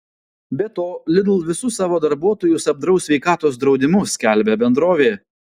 be to lidl visus savo darbuotojus apdraus sveikatos draudimu skelbia bendrovė